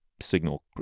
signal